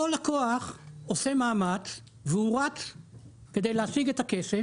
אותו לקוח עושה מאמץ והוא רץ כדי להשיג את הכסף.